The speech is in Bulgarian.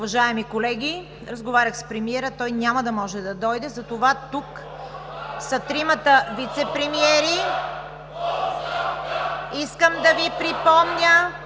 Уважаеми колеги, разговарях с премиера. Той няма да може да дойде, затова тук са тримата вицепремиери. (Възгласи от